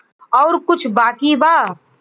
और कुछ बाकी बा?